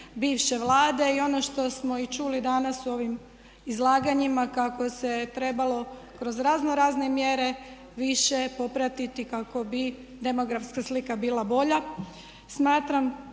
bivše Vlade i ono što smo i čuli danas u ovim izlaganjima kako se trebalo kroz razno razne mjere više popratiti kako bi demografska slika bila bolja. Smatram